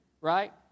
right